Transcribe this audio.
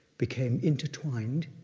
became intertwined,